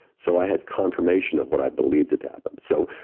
so, i had confirmation of what i believe did happen. so,